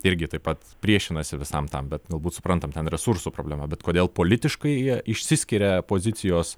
irgi taip pat priešinasi visam tam bet galbūt suprantam ten resursų problema bet kodėl politiškai jie išsiskiria pozicijos